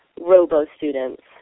robo-students